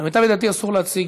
למיטב ידיעתי אסור להציג.